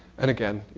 and again,